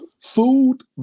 Food